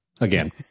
Again